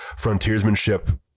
frontiersmanship